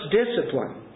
discipline